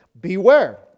Beware